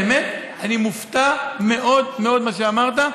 אני באמת מופתע מאוד מאוד ממה שאמרת.